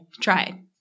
Try